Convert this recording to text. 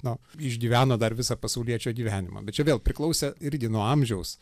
na išgyveno dar visą pasauliečio gyvenimą bet čia vėl priklausė irgi nuo amžiaus